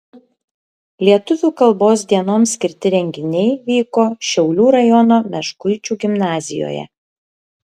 lietuvių kalbos dienoms skirti renginiai vyko šiaulių rajono meškuičių gimnazijoje